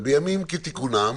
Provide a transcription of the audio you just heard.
ובימים כתיקונם,